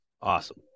Awesome